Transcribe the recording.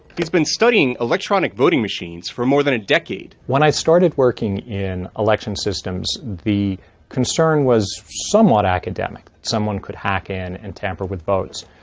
he's been studying electronic voting machines for more than a decade. when i started working in election systems, the concern was somewhat academic. someone could hack in and tamper with votes.